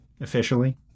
officially